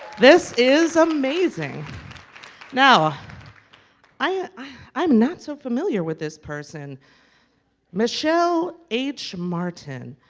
this is amazing now i i'm not so familiar with this person michele h martin,